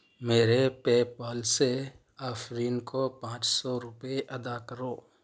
میرے پےپال سے آفرین کو پانچ سو روپئے ادا کرو